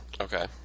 Okay